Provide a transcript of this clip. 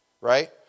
right